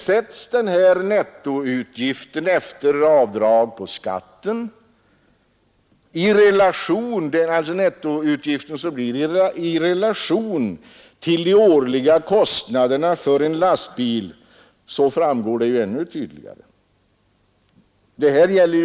Sätts nettoutgiften, dvs. utgiften efter avdrag på skatten, i relation till de årliga kostnaderna för en lastbil framstår det ännu tydligare hur liten utgiften blir.